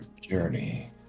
journey